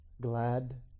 glad